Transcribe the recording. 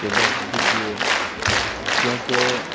کہ بائک دیجیے کیونکہ